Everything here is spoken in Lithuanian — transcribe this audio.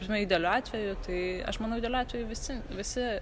žinai idealiu atveju tai aš manau idealiu atveju visi visi